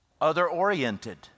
other-oriented